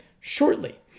shortly